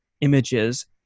images